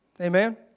Amen